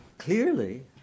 Clearly